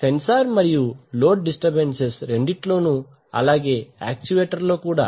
censor మరియు load disturbance రెండిట్లోనూ అలాగే యాక్చువేటర్ లో కూడా